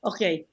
Okay